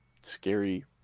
scary